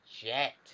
Jet